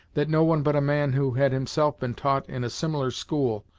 that no one but a man who had himself been taught in a similar school,